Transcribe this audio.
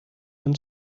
and